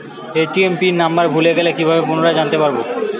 ATM pin number ভুলে গেলে কি ভাবে পুনরায় জানতে পারবো?